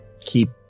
keep